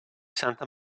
santa